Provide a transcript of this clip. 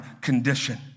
condition